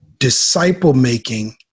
disciple-making